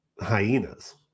hyenas